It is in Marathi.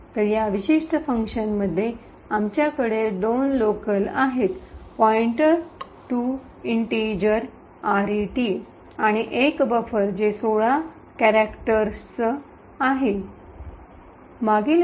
तर या विशिष्ट फंक्शनमध्ये आमच्याकडे दोन लोकल आहेत पॉईंटर टू इंटेजर आरईटी आणि एक बफर जे १६ वर्णांचा आहे म्हणून ओळखले जाते